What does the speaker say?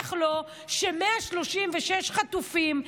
בטח לא כש-136 חטופים,